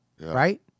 right